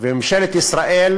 וממשלת ישראל,